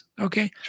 okay